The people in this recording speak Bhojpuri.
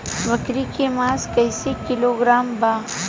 बकरी के मांस कईसे किलोग्राम बा?